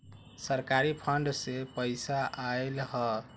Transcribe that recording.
सरकारी फंड से पईसा आयल ह?